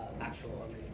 actual